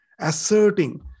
asserting